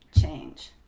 change